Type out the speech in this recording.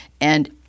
And-